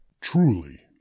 Truly